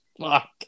fuck